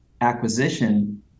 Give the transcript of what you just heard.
acquisition